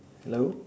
hello